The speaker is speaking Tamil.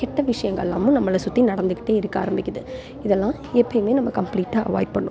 கெட்ட விஷயங்கள்லாமும் நம்மளை சுற்றி நடந்துக்கிட்டே இருக்க ஆரம்பிக்குது இதெல்லாம் எப்போயுமே நம்ம கம்ப்ளீட்டாக அவாய்ட் பண்ணும்